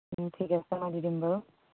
ঠিক আছে মই দি দিম বাৰু